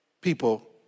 people